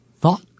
thought